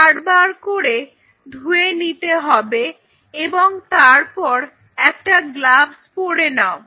বারবার করে ধুয়ে নিতে হবে এবং তারপর একটা গ্লাভস পড়ে নাও